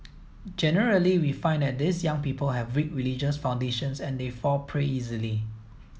generally we find that these young people have weak religious foundations and they fall prey easily